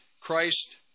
Christ